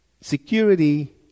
Security